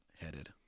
headed